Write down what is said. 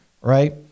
right